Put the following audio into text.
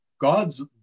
God's